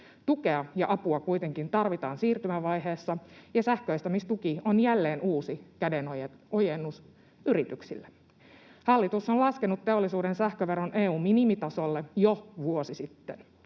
Tukea ja apua kuitenkin tarvitaan siirtymävaiheessa, ja sähköistämistuki on jälleen uusi kädenojennus yrityksille. Hallitus on laskenut teollisuuden sähköveron EU:n minimitasolle jo vuosi sitten.